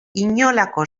inolako